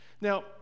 Now